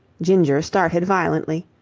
ginger started violently.